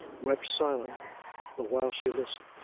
wept silently the while she listened.